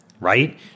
right